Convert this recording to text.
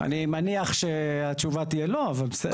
אני מניח שהתשובה תהיה לא, אבל בסדר.